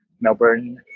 Melbourne